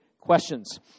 questions